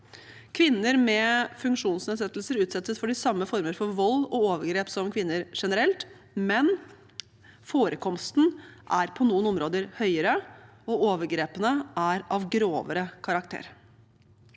Kvinner med funksjonsnedsettelser utsettes for de samme former for vold og overgrep som kvinner generelt, men forekomsten er på noen områder høyere og overgrepene er av grovere karakter.